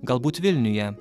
galbūt vilniuje